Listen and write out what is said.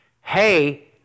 Hey